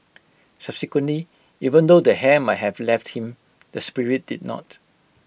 subsequently even though the hair might have left him the spirit did not